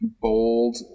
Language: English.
bold